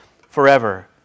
forever